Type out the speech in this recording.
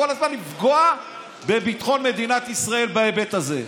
כל הזמן לפגוע בביטחון מדינת ישראל בהיבט הזה.